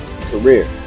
career